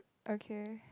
okay